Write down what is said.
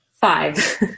five